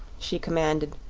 she commanded.